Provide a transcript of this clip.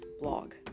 blog